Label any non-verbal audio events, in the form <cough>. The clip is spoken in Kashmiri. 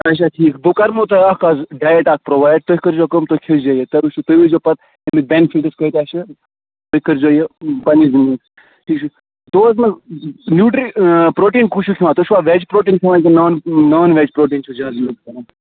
اچھا ٹھیٖک بہٕ کَرمو تۄہہ اکھ از ڈیِِٹ اکھ پرووَیِڈ تُہۍ کٔرزیو کٲم تُہۍ کھیزیو یہِ تۄہہ وچھو تُہۍ ؤچھزیو پَتہٕ اَمِکۍ بینِفِٹٕس کۭتیاہ چھِ تُہۍ کٔر زیو یہِ <unintelligible> دۄہس منٛز نیوٹِری پروٹیٖن کُس چھو کھیوان تُہۍ چھوا ویج پروٹیٖن کھیوان کِنہٕ نان ویج پروٹیٖن چھو زیادٕ یوز کَران